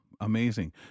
Amazing